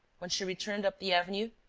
when she returned up the avenue,